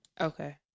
Okay